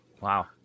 Wow